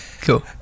Cool